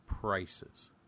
prices